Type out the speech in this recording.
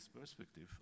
perspective